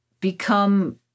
become